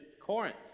Corinth